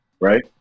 right